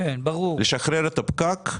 לשחרר את הפקק.